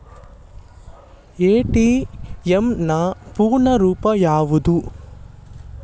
ATM ನ ಪೂರ್ಣ ರೂಪ ಯಾವುದು?